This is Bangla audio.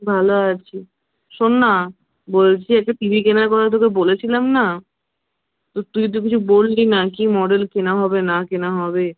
ভালো আছি শোন না বলছি একটা টিভি কেনার কথা তোকে বলেছিলাম না তো তুই তো কিছু বললি না কি মডেল কেনা হবে না কেনা হবে